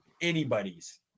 anybody's